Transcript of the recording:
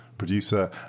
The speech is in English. producer